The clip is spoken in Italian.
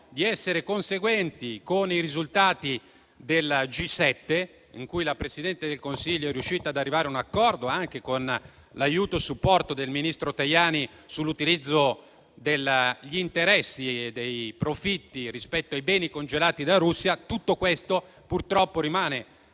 di essere conseguenti con i risultati del G7, in cui la Presidente del Consiglio è riuscita ad arrivare a un accordo, anche con l'aiuto e il supporto del ministro Tajani, sull'utilizzo degli interessi e dei profitti dei beni congelati della Russia. Tutto questo purtroppo rimane